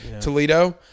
Toledo